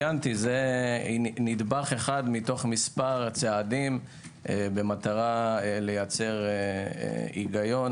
זה נדבך אחד מתוך מספר צעדים במטרה לייצר היגיון